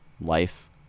life